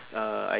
uh